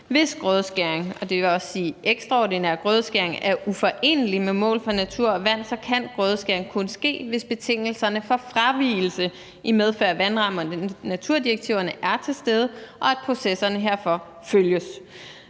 Hvis grødeskæring, dvs. også ekstraordinær grødeskæring, er uforenelig med mål for natur og vand, kan grødeskæring kun ske, hvis betingelserne for fravigelse i medfør af vandramme- og naturdirektiverne er til stede og processerne herfor følges.